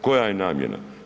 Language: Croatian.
Koja je namjena?